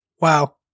Wow